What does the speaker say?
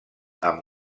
amb